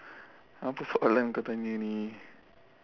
apa soalan kau tanya ini